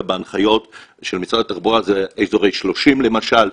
בהנחיות של משרד התחבורה זה אזורי 30 למשל,